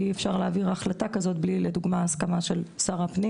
כי אי אפשר להעביר החלטה כזאת בלי לדוגמה הסכמה של שר הפנים.